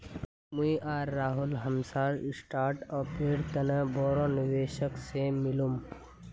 मुई आर राहुल हमसार स्टार्टअपेर तने बोरो निवेशक से मिलुम